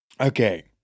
Okay